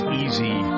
easy